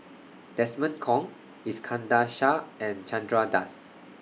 Desmond Kon Iskandar Shah and Chandra Das